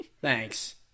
Thanks